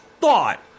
thought